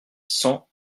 cents